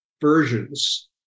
versions